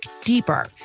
deeper